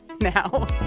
now